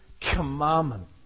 commandment